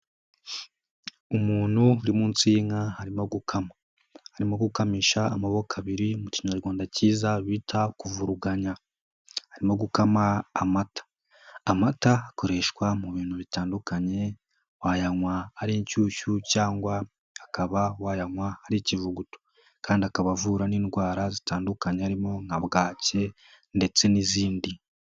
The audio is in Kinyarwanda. Umuntu uri munsi y'inka arimo gukama. Arimo gukamisha amaboko abiri mu kinyarwanda kiza bita kuvuruganya. Arimo gukama amata, amata akoreshwa mu bintu bitandukanye wayanywa ari inshyushyu cyangwa akaba wayanywa ari ikivuguto kandi akaba avura n'indwara zitandukanye. Harimo nka bwake ndetse n'izindi.